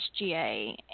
SGA